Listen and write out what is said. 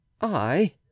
I